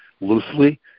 loosely